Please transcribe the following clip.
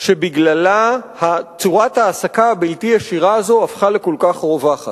שבגללה צורת ההעסקה הבלתי ישירה הזאת הפכה לכל כך רווחת.